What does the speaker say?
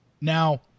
Now